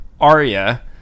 Arya